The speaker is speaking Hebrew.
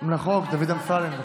לחוק דוד אמסלם.